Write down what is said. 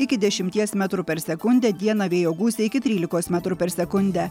iki dešimties metrų per sekundę dieną vėjo gūsiai iki trylikos metrų per sekundę